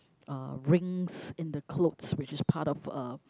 uh rings in the clothes which is part of a